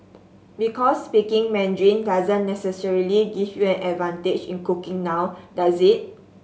because speaking Mandarin doesn't necessarily give you an advantage in cooking now does it